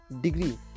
degree